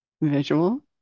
visual